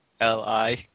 L-I